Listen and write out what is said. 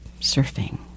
surfing